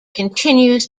continues